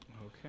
okay